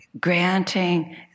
Granting